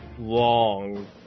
long